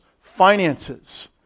finances